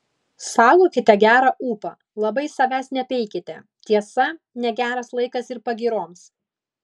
saugokite gerą ūpą labai savęs nepeikite tiesa negeras laikas ir pagyroms